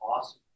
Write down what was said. awesome